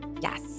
Yes